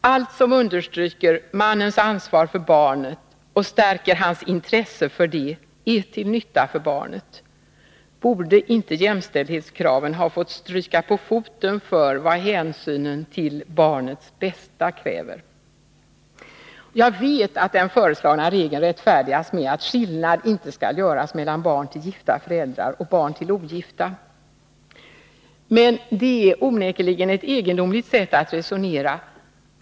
Allt som understryker mannens ansvar för barnet och stärker hans intresse för det är till nytta för barnet. Borde inte jämställdhetskraven ha fått stryka på foten för vad hänsynen till barnets bästa kräver? Jag vet att den föreslagna regeln rättfärdigas med att skillnad inte skall göras mellan barn till gifta föräldrar och barn till ogifta. Men det är onekligen ett egendomligt sätt att resonera på.